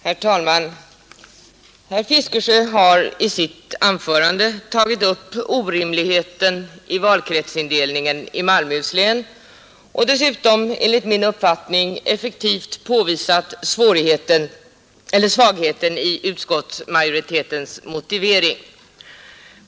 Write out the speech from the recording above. Herr talman! Herr Fiskesjö har i sitt anförande tagit upp orimligheten i valkretsindelningen i Malmöhus län och dessutom enligt min uppfattning effektivt påvisat svagheten i utskottesmajoritetens motivering.